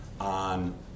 on